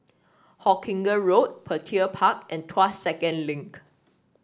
Hawkinge Road Petir Park and Tuas Second Link